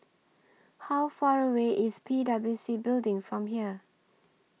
How Far away IS P W C Building from here